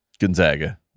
Gonzaga